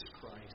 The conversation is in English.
Christ